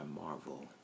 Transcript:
Marvel